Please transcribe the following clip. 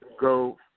go